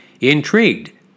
intrigued